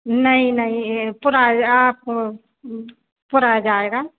नहीं नहीं यह थोड़ा आप थोड़ा आ जाएगा